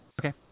Okay